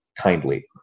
kindly